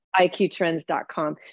iqtrends.com